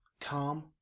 Calm